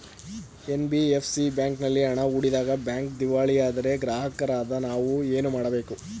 NBFC ಬ್ಯಾಂಕಿನಲ್ಲಿ ಹಣ ಹೂಡಿದಾಗ ಬ್ಯಾಂಕ್ ದಿವಾಳಿಯಾದರೆ ಗ್ರಾಹಕರಾದ ನಾವು ಏನು ಮಾಡಬೇಕು?